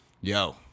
yo